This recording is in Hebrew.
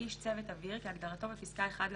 "איש צוות אוויר" כהגדרתו בפסקה (1)